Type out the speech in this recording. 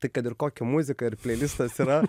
tai kad ir kokia muzika ar pleilistas yra